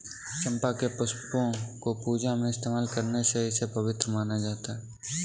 चंपा के पुष्पों को पूजा में इस्तेमाल करने से इसे पवित्र माना जाता